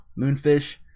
Moonfish